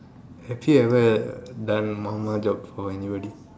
have you ever done job before anybody